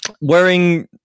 wearing